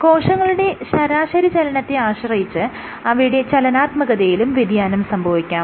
കോശങ്ങളുടെ ശരാശരി ചലനത്തെ ആശ്രയിച്ച് അവയുടെ ചലനാത്മകതയിലും വ്യതിയാനം സംഭവിക്കാം